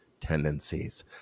tendencies